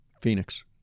Phoenix